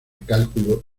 cálculo